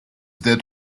that